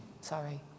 Sorry